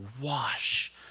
wash